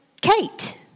Kate